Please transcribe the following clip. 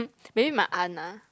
um maybe my aunt ah